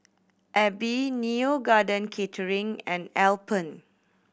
Aibi Neo Garden Catering and Alpen